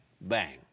bang